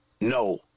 No